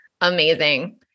Amazing